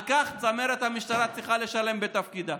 על כך צמרת המשטרה צריכה לשלם בתפקידה.